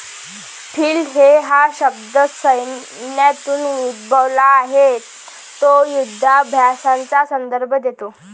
field day हा शब्द सैन्यातून उद्भवला आहे तो युधाभ्यासाचा संदर्भ देतो